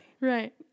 Right